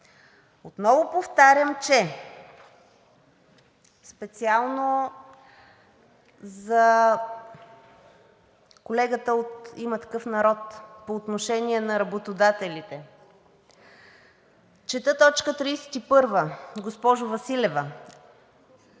Отново повтарям специално за колегата от „Има такъв народ“ по отношение на работодателите – чета т. 31, госпожо Василева: